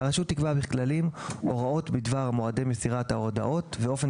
הרשות תקבע בכללים הוראות בדבר אופן ומועדי מסירת ההודעות ואופן